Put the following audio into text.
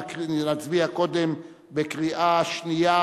נצביע קודם בקריאה שנייה,